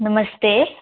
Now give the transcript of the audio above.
नमस्ते